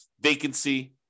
vacancy